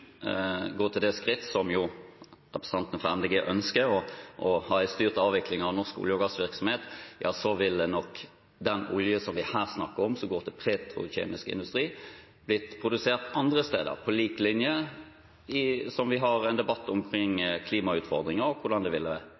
skritt som representanten for Miljøpartiet De Grønne ønsker, og ha en styrt avvikling av norsk olje- og gassvirksomhet, ville nok den oljen som vi her snakker om, som går til petrokjemisk industri, blitt produsert andre steder. Dette er på lik linje med debatten vi har om klimautfordringer og hvordan det